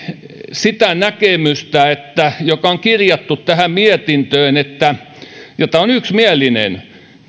sitä näkemystä joka on kirjattu tähän mietintöön ja tämä kohta on yksimielinen